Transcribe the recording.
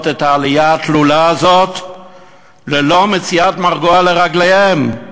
את העלייה התלולה הזאת ללא מציאת מרגוע לרגליהם.